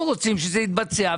אנחנו רוצים שזה יתבצע,